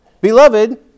Beloved